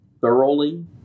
thoroughly